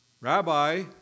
Rabbi